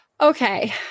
Okay